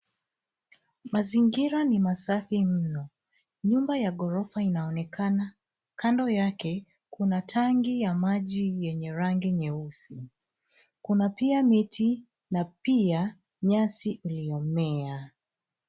Mazingira ni masafi mno. Nyumba ya ghorofa inaonekana. Kando yake kuna tanki ya maji yenye rangi nyeusi. Kuna pia miti na pia nyasi ilimea.